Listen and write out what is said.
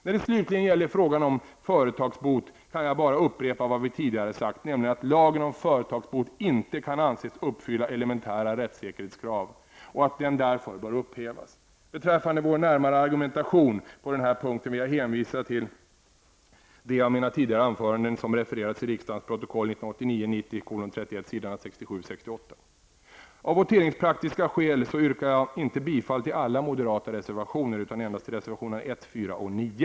När det slutligen gäller frågan om företagsbot kan jag bara upprepa vad vi sagt tidigare, nämligen att lagen om företagsbot inte kan anses uppfylla elementära rättssäkerhetskrav och att den därför bör upphävas. Beträffande vår närmare argumentation på den här punkten vill jag hänvisa till det av mina tidigare anföranden som refererats i riksdagens protokoll 1989/90:31 s. 67--68. Av voteringspraktiska skäl yrkar jag inte bifall till alla moderata reservationer, utan endast till reservationerna 1, 4 och 9.